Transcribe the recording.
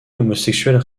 homosexuelle